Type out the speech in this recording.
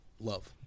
Love